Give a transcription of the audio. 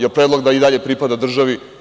Jel predlog da i dalje pripada državi?